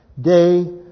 day